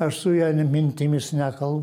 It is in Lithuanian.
aš su ja mintimis nekalbu